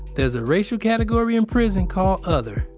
there's a racial category in prison called other,